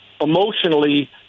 emotionally